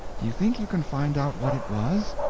do you think you can find out what it was?